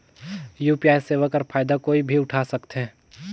UPI सेवा कर फायदा कोई भी उठा सकथे?